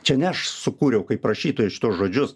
čia ne aš sukūriau kaip rašytojas šituos žodžius